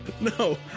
No